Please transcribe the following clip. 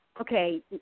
okay